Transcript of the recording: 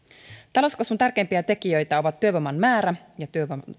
talouskasvun tärkeimpiä tekijöitä ovat työvoiman määrä ja